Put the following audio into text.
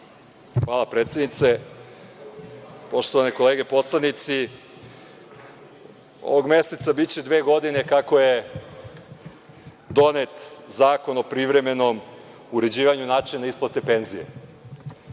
Hvala predsednice, poštovane kolege poslanici, ovog meseca biće dve godine kako je donet Zakon o privremenom uređivanju načina isplate penzije.